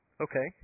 Okay